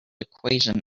equation